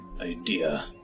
idea